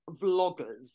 vloggers